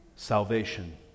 Salvation